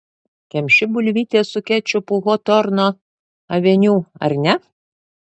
kemši bulvytes su kečupu hotorno aveniu ar ne